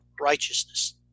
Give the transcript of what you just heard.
righteousness